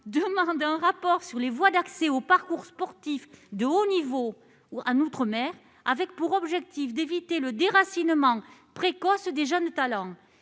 d'un rapport sur les voies d'accès aux parcours sportifs de haut niveau en outre-mer, avec pour objectif d'éviter le déracinement précoce des jeunes talents.